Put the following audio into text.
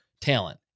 talent